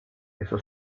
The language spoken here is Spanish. eso